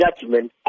judgment